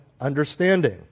understanding